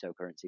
cryptocurrency